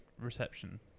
reception